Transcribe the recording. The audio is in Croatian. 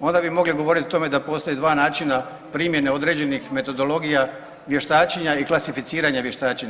onda bi mogli govorit o tome da postoje dva načina primjene određenih metodologija vještačenja i klasificiranja vještačenja.